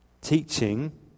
Teaching